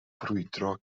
brwydro